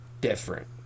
different